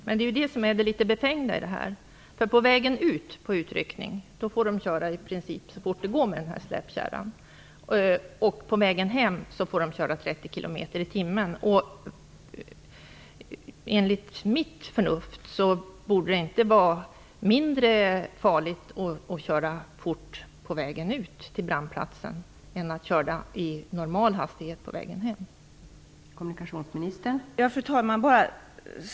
Fru talman! Men det som är det befängda är att på väg ut på utryckning får man i princip köra så fort det går med släpkärran, medan man på vägen tillbaka får köra 30 km i timmen. Enligt mitt förnuft borde det inte vara mindre farligt att köra fort på vägen ut till brandplatsen än att köra i normal hastighet på vägen tillbaka.